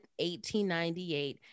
1898